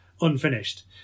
unfinished